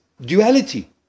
duality